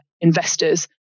investors